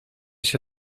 się